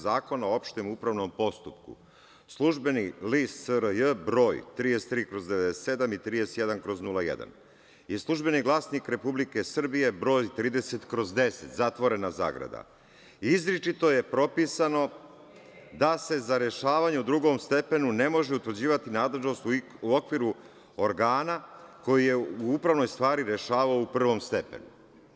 Zakona o opštem upravnom postupku, „Službeni list SRJ“, broj 33/97 i 31/01, i „Službenik glasnik Republike Srbije“, broj 30/10 zatvorena zagrada, izričito je propisano da se za rešavanje u drugom stepenu ne može utvrđivati nadležnost u okviru organa koji je u upravnoj stvari rešavao u prvom stepenu.